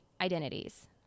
identities